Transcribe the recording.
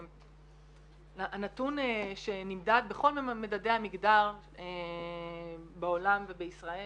הנתון שנמדד בכל מדדי המגדר בעולם ובישראל